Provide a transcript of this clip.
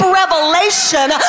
revelation